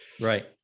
Right